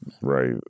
right